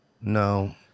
No